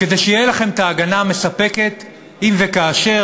כדי שתהיה לכם ההגנה המספקת אם וכאשר,